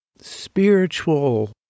spiritual